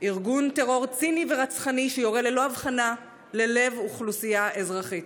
ארגון טרור ציני ורצחני שיורה ללא הבחנה ללב אוכלוסייה אזרחית,